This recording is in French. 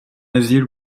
asile